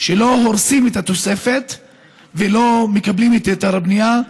שלא הורסים את התוספת ולא מקבלים את היתר הבנייה,